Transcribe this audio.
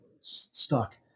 stuck